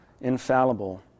infallible